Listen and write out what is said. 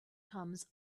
comes